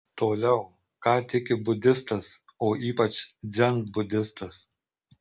toliau ką tiki budistas o ypač dzenbudistas